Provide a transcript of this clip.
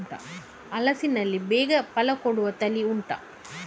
ಹಲಸಿನಲ್ಲಿ ಬೇಗ ಫಲ ಕೊಡುವ ತಳಿ ಉಂಟಾ